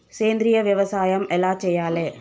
సేంద్రీయ వ్యవసాయం ఎలా చెయ్యాలే?